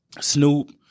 Snoop